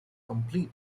complete